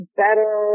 better